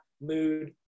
mood